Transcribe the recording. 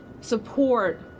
support